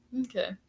Okay